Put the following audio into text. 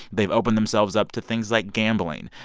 they've opened themselves up to things like gambling.